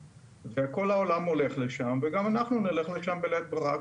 וכל העולם הולך לשם וגם אנחנו נלך לשם בלית ברירה.